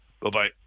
Bye-bye